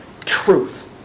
truth